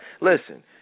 Listen